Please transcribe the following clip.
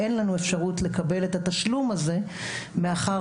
אין לנו אפשרות לקבל את התשלום הזה מאחר